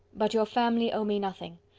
but your family owe me nothing.